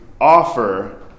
offer